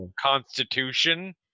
constitution